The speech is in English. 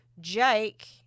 Jake